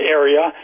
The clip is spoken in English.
area